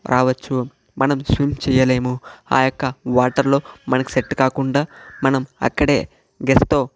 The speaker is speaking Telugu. రావచ్చు మనం స్విమ్ చేయలేము ఆ యొక్క వాటర్ లో మనకు సెట్ కాకుండా మనం అక్కడే గేఫ్తో